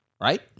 right